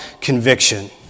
conviction